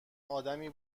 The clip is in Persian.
آدمی